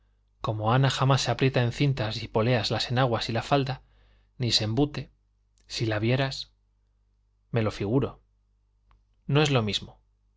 como ana jamás se aprieta con cintas y poleas las enaguas y la falda ni se embute si la vieras me lo figuro no es lo mismo